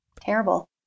terrible